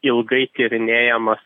ilgai tyrinėjamas